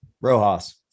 Rojas